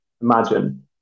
imagine